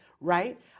right